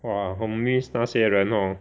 !wah! 很 miss 那些人 hor